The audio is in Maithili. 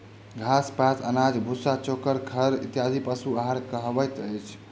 घास, पात, अनाज, भुस्सा, चोकर, खड़ इत्यादि पशु आहार कहबैत अछि